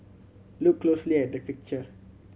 look closely at the picture